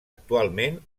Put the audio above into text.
actualment